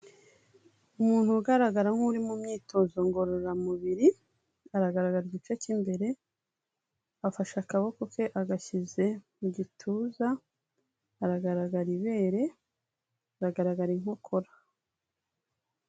Umuntu ugaragara nk'uri mu myitozo ngororamubiri aragaragaza igice cy'imbere afashe akaboko ke agashyize mu gituza aragaragara ibere, aragaragara inkokora.